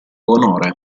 onore